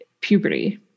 puberty